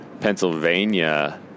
Pennsylvania